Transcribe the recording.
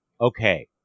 Okay